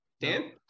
Dan